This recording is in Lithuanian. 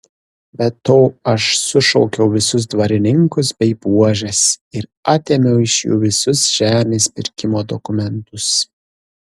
be to aš sušaukiau visus dvarininkus bei buožes ir atėmiau iš jų visus žemės pirkimo dokumentus